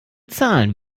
zahlen